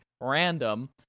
random